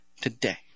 today